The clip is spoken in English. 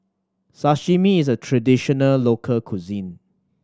Sashimi is a traditional local cuisine